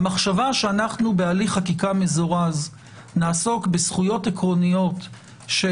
המחשבה שאנחנו בהליך חקקה מזורז נעסוק בזכויות עקרוניות של